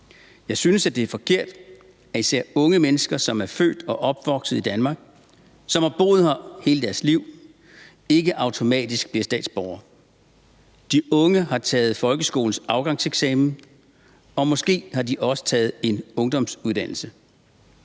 Jeg synes, det er forkert, at især unge mennesker, som er født og opvokset i Danmark, som har boet her hele deres liv, ikke automatisk bliver danske statsborgere. De unge har taget folkeskolens afgangseksamen, og måske har de også taget en ungdomsuddannelse.